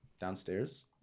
downstairs